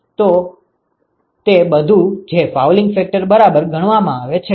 તો તે બધું જે ફાઉલિંગ ફેક્ટર બરાબર ગણવામાં આવે છે